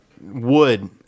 wood